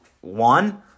one